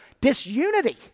disunity